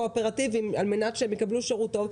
קואופרטיביים על מנת שהם יקבלו שירות טוב,